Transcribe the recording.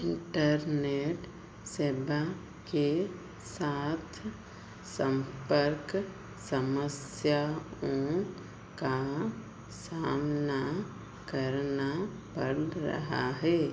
internet सेवा के साथ संपर्क समस्याओं का सामना करना पड़ रहा है